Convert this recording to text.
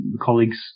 colleagues